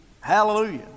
Hallelujah